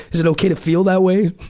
is it ok to feel that way?